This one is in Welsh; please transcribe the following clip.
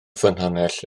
ffynhonnell